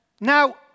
Now